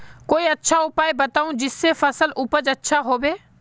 कोई अच्छा उपाय बताऊं जिससे फसल उपज अच्छा होबे